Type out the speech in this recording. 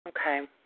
Okay